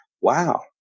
wow